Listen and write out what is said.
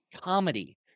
comedy